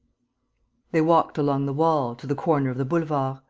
they walked along the wall, to the corner of the boulevard.